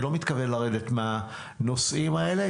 אני לא מתכוון לרדת מהנושאים האלה,